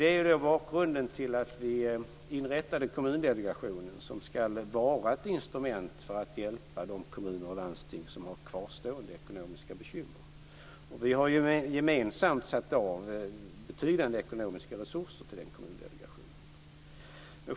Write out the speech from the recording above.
Det är bakgrunden till att vi inrättade Kommundelegationen som ska vara ett instrument för att hjälpa de kommuner och landsting som har kvarstående ekonomiska bekymmer. Vi har gemensamt satt av betydande ekonomiska resurser till Kommundelegationen.